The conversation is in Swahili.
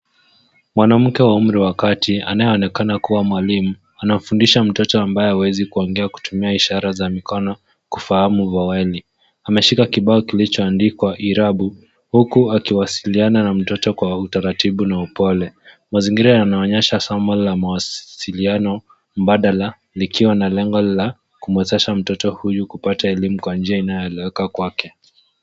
Mwanamke wa umri wa kati anayeonekana kuwa mwalimu anafundisha mtoto ambaye hawezi kuongea kutumia ishara za mikono kufahamu vokali. Ameshika kibao kilichoandikwa irabu huku akiwasiliana na mtoto kwa utaratibu na upole. Mazingira yanaonyesha somo la mawasiliano mbadala likiwa na lengo la kumwezesha mtoto huyu kupata elimu kwa njia inayoeleweka kwake.